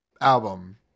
album